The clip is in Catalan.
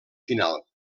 final